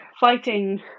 fighting